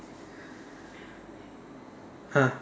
ah